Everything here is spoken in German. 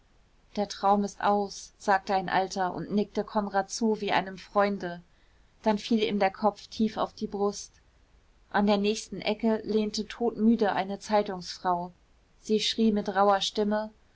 der traum ist aus sagte ein alter und nickte konrad zu wie einem freunde dann fiel ihm der kopf tief auf die brust an der nächsten ecke lehnte todmüde eine zeitungsfrau sie schrie mit rauher stimme